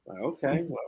Okay